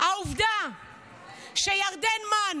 העובדה שירדן מן